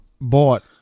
bought